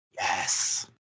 Yes